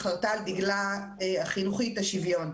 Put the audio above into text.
חרטה על דגלה החינוכית את השוויון,